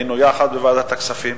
היינו יחד בוועדת הכספים,